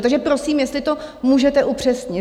Takže prosím, jestli to můžete upřesnit.